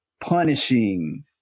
punishing